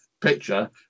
picture